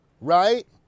right